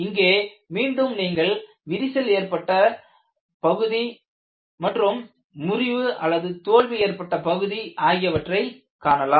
இங்கே மீண்டும் நீங்கள் விரிசல் ஏற்பட்ட பகுதி மற்றும் முறிவு தோல்வி ஏற்பட்ட பகுதி ஆகியவற்றை காணலாம்